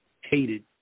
hated